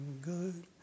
good